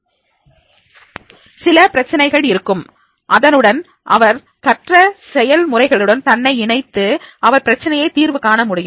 சில பிரச்சனைகள் இருக்கும் அதனுடன் அவர் கற்ற செயல் முறைகளுடன் தன்னை இணைத்து அந்த பிரச்சினையை தீர்வு காண முடியும்